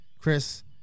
Chris